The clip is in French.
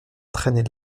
traînait